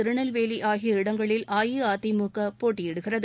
திருநெல்வேலி ஆகிய இடங்களில் அஇஅதிமுக போட்டியிடுகிறது